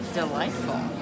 delightful